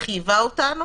חייבה אותנו